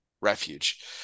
refuge